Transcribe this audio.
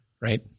right